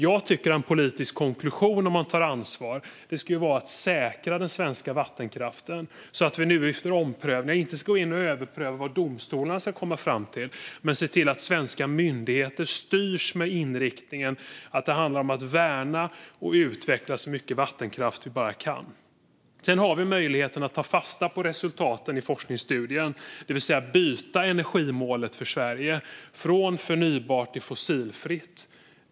Jag tycker att en politisk konklusion, om man tar ansvar, skulle vara att säkra den svenska vattenkraften. Vi ska inte gå in och överpröva vad domstolarna ska komma fram till men se till att svenska myndigheter styrs med inriktningen att det handlar om att värna och utveckla så mycket vattenkraft som vi bara kan. Sedan har vi möjligheten att ta fasta på resultaten i forskningsstudien, det vill säga att byta energimålet för Sverige från förnybart till fossilfritt.